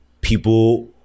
People